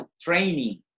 training